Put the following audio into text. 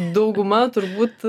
dauguma turbūt